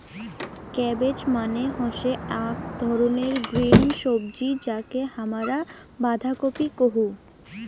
cabbage মানে হসে আক ধরণের গ্রিন সবজি যাকে হামরা বান্ধাকপি কুহু